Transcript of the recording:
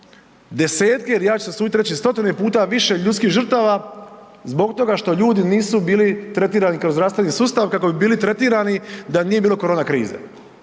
desetke, a ja ću se usuditi reći stotine puta više ljudskih žrtava zbog toga što ljudi nisu bili tretirani kroz zdravstveni sustav kako bi bili tretirani da nije bilo korona krize.